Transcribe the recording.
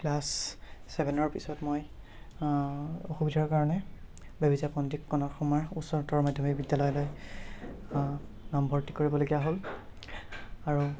class চেভেনৰ পিছত মই অসুবিধাৰ কাৰণে বেবেজিয়াৰ কনককুমাৰ উচ্চতৰ মাধ্যমিক বিদ্যালয়লৈ নামভৰ্তি কৰিবলগীয়া হ'ল আৰু